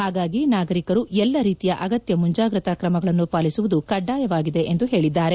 ಹಾಗಾಗಿ ನಾಗರಿಕರು ಎಲ್ಲಾ ರೀತಿಯ ಅಗತ್ನ ಮುಂಜಾಗ್ರತಾ ಕ್ರಮಗಳನ್ನು ಪಾಲಿಸುವುದು ಕಡ್ಡಾಯವಾಗಿದೆ ಎಂದು ಹೇಳಿದ್ದಾರೆ